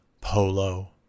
Polo